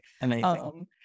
Amazing